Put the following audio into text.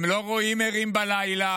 הם לא רואים ערים בלילה,